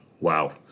wow